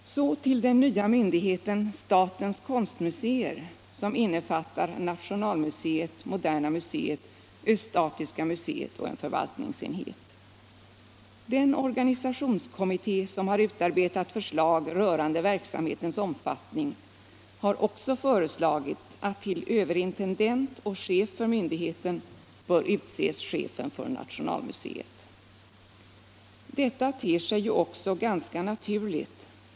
Så till den nya myndigheten statens konstmuseer. som innefattar nationalmusceet, moderna museet, östasiatiska museet och en förvaltningsenhet. Den organisationskommitté som har utarbetat förslag rörande verksamhetens omfattning har också föreslagit att till överintendent och chef för myndigheten bör utses chefen för nationalmuseet. Detta ter sig ju också ganska naturligt.